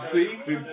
See